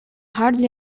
hardly